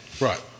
Right